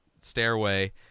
stairway